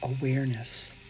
awareness